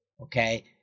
Okay